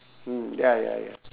hmm ya ya ya